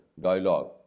dialogue